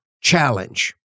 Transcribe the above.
challenge